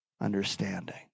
Understanding